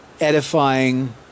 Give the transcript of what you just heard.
edifying